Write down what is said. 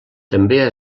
també